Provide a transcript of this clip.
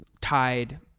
tied